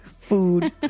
Food